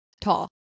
tall